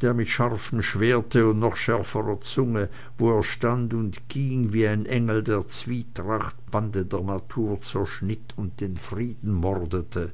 der mit scharfem schwerte und noch schärferer zunge wo er stand und ging wie ein engel der zwietracht bande der natur zerschnitt und den frieden mordete